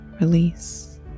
release